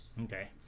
Okay